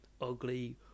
ugly